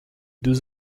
deux